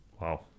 Wow